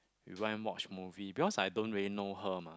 we went watch movie because I don't really know her mah